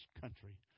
country